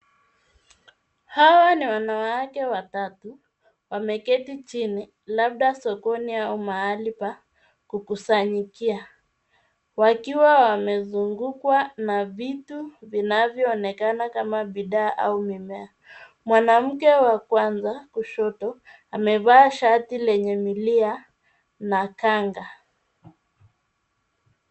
Hawa ni wanawake watatu, wameketi chini, labda sokoni, au mahali pa kukusanyikia, wakiwa wamezungukwa na vitu vinavyo onekana kama bidhaa, au mimea. Mwanamke wa kwanza, kushoto, amevaa shati lenye milia, na kanga.